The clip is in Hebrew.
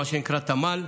מה שנקרא תמ"ל,